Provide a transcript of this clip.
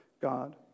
God